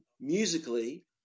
Musically